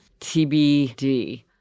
TBD